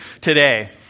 today